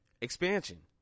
Expansion